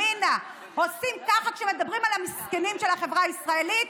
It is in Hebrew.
בימינה עושים ככה כשמדברים על המסכנים של החברה הישראלית,